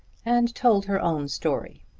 and told her own story.